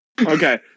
Okay